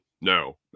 No